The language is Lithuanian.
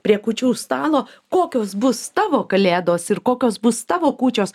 prie kūčių stalo kokios bus tavo kalėdos ir kokios bus tavo kūčios